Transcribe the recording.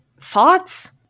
Thoughts